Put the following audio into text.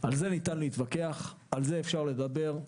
על זה ניתן להתווכח, על זה אפשר לדבר.